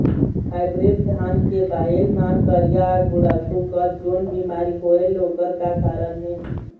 Hybrid धान के बायेल मां करिया गुड़ाखू कस जोन बीमारी होएल ओकर का कारण हे?